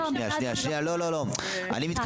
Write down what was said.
שנייה, שנייה, לא, לא, לא.